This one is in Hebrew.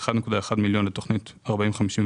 1.1 מיליון שקלים לתוכנית 40-54-01,